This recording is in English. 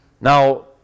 Now